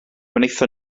wnaethon